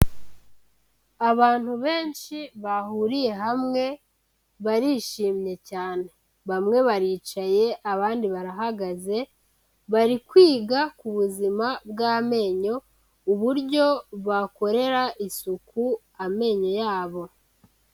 Abantu benshi bahuriye hamwe, barishimye cyane, bamwe baricaye, abandi barahagaze, bari kwiga ku buzima bw'amenyo, uburyo bakorera isuku amenyo yabo.